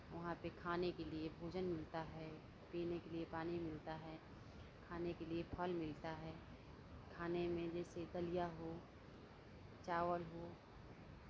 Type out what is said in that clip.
वहाँ पे खाने के लिए भोजन मिलता है पीने के लिए पानी मिलता है खाने के लिए फल मिलता है खाने में जैसे दलिया हो चावल हो